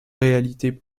réalités